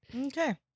okay